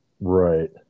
Right